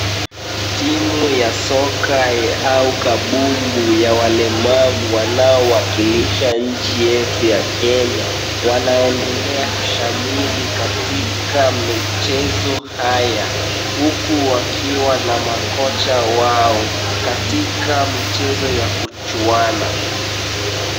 Timu ya soka au kabumbu ya walemavu wanaowakilisha nchi yetu ya kenya wanaendelea kushamiri katika michezo haya huku wakiwa na makocha wao katika michezo ya kuchuana.